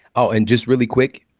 oh, and just really quick,